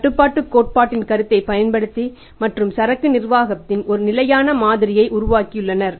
கட்டுப்பாட்டுக் கோட்பாட்டின் கருத்தைப் பயன்படுத்தி மற்றும் சரக்கு நிர்வாகத்தின் ஒரு நிலையான மாதிரியை உருவாக்கியுள்ளனர்